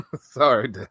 Sorry